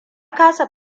kasa